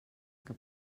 que